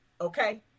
okay